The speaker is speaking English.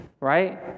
Right